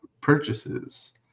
purchases